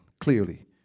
clearly